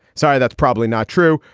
sorry, that's probably not true.